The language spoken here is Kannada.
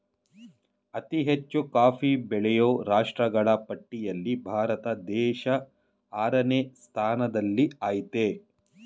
ಅತಿ ಹೆಚ್ಚು ಕಾಫಿ ಬೆಳೆಯೋ ರಾಷ್ಟ್ರಗಳ ಪಟ್ಟಿಲ್ಲಿ ಭಾರತ ದೇಶ ಆರನೇ ಸ್ಥಾನದಲ್ಲಿಆಯ್ತೆ